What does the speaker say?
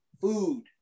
food